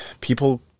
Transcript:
people